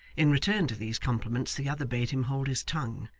in return to these compliments the other bade him hold his tongue,